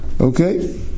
Okay